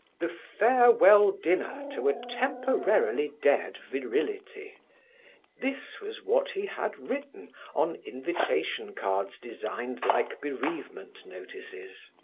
the farewell dinner to a temporarily dead virility this was what he had written on invitation cards designed like bereavement notices.